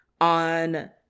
on